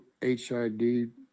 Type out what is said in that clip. HID